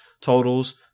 totals